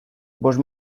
bost